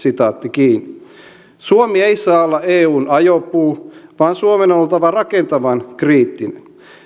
suomi ei saa olla eun ajopuu vaan suomen on oltava rakentavan kriittinen